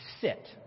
sit